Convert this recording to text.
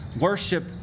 Worship